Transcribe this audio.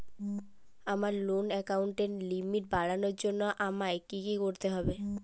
আমার লোন অ্যাকাউন্টের লিমিট বাড়ানোর জন্য আমায় কী কী করতে হবে?